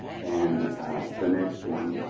and the next one,